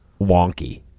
wonky